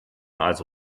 also